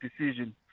decision